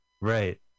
Right